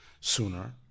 sooner